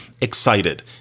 excited